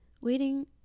waiting